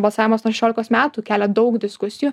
balsavimas nuo šešiolikos metų kelia daug diskusijų